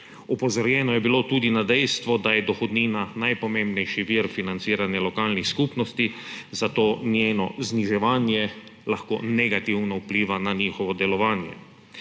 Opozorjeno je bilo tudi na dejstvo, da je dohodnina najpomembnejši vir financiranja lokalnih skupnosti, zato njeno zniževanje lahko negativno vpliva na njihovo delovanje.